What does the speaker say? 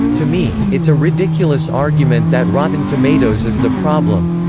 to me, it's a ridiculous argument that rotten tomatoes is the problem.